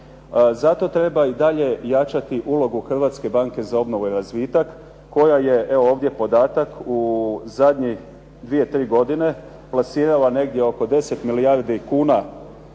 Zato treba i dalje jačati ulogu Hrvatske banke za obnovu i razvitak koja je evo ovdje podatak u zadnjih dvije, tri godine plasirala negdje oko 10 milijardi kuna